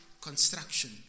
construction